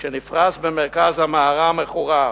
שנפרס במרכז המערה מחורר.